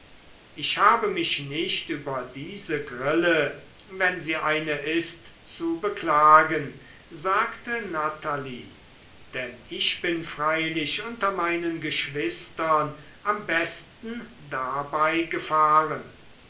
ich habe mich nicht über diese grille wenn sie eine ist zu beklagen sagte natalie denn ich bin freilich unter meinen geschwistern am besten dabei gefahren